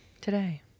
today